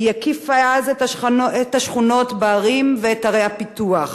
היא הקיפה אז את השכונות בערים ואת ערי הפיתוח.